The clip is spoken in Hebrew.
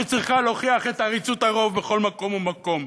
שצריכה להוכיח את עריצות הרוב בכל מקום ומקום.